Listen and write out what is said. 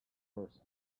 person